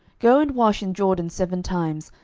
go and wash in jordan seven times,